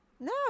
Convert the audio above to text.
No